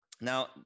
Now